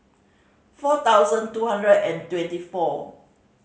four thousand two hundred and twenty four